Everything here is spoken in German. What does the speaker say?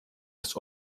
das